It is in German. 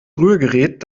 rührgerät